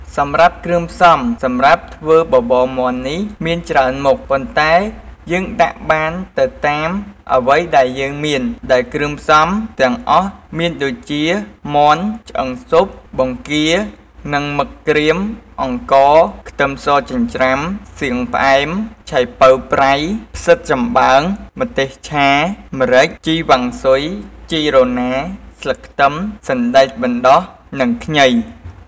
សម្រាប់គ្រឿងផ្សំសម្រាប់ធ្វើបបរមាន់នេះមានច្រើនមុខ ប៉ុន្តែយើងដាក់បានទៅតាមអ្វីដែលយើងមាន ដែលគ្រឿងផ្សំទាំងអស់មានដូចជា មាន់ ឆ្អឹងស៊ុប បង្គានិងមឹកក្រៀម អង្ករ ខ្ទឹមសចិញ្ច្រាំ សៀងផ្អែម ឆៃប៉ូវប្រៃ ផ្សិតចំបើង ម្ទេសឆា ម្រេច ជីវ៉ាន់ស៊ុយ ជីរណា ស្លឹកខ្ទឹម សណ្តែកបណ្តុះនិងខ្ញី។